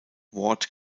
ward